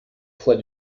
fois